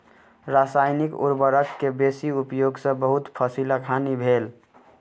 रसायनिक उर्वरक के बेसी उपयोग सॅ बहुत फसीलक हानि भेल